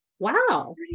Wow